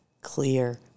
clear